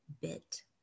bit